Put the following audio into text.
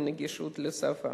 עם נגישות לשפה.